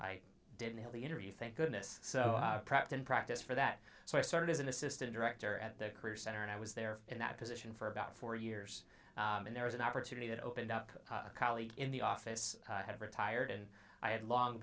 i didn't have the interview thank goodness so practice practice for that so i started as an assistant director at the career center and i was there in that position for about four years and there was an opportunity that opened up a colleague in the office had retired and i had long